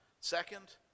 Second